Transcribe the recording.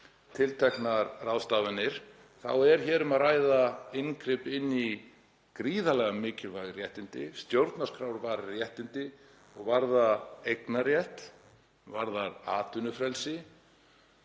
tilteknar ráðstafanir, þá er um að ræða inngrip inn í gríðarlega mikilvæg réttindi, stjórnarskrárvarin réttindi sem varða eignarrétt, varða atvinnufrelsi.